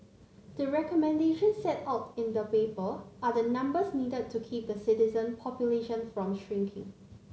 the recommendations set out in the paper are the numbers needed to keep the citizen population from shrinking